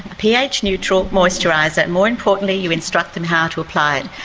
ph neutral moisturiser. more importantly you instruct them how to apply it.